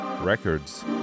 Records